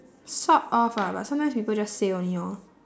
sort of ah but sometimes people just say only lor